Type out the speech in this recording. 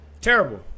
Terrible